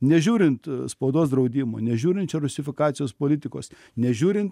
nežiūrint spaudos draudimo nežiūrint čia rusifikacijos politikos nežiūrint